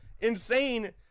insane